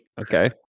Okay